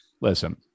listen